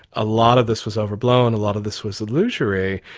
a lot of this was overblown, a lot of this was illusory,